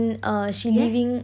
ஏன்:yean